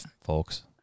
folks